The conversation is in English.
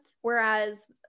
whereas